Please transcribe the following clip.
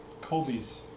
Colby's